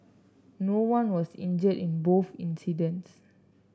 no one was injured in both incidents